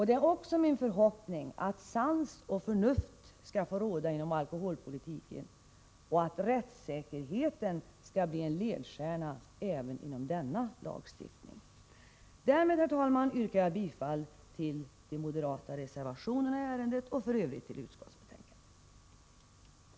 Det är också min förhoppning att sans och förnuft skall få råda inom alkoholpolitiken och att rättssäkerheten skall bli en ledstjärna även inom denna lagstiftning. Därmed, herr talman, yrkar jag bifall till de moderata reservationerna i ärendet och i övrigt till utskottets hemställan.